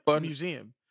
Museum